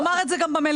נאמר את זה גם במליאה.